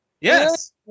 Yes